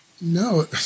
No